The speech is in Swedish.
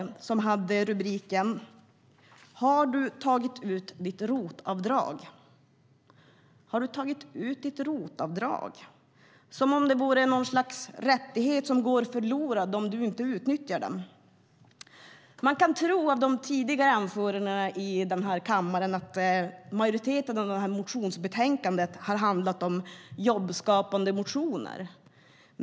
Den har rubriken: Har du tagit ut ditt ROT-avdrag? Man formulerar det som om det vore något slags rättighet som går förlorad om du inte nyttjar den. Av de tidigare anföranden i den här debatten kan man få intrycket att huvuddelen av motionsbetänkandena har handlat om jobbskapandemotioner.